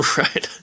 right